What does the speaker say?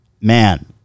man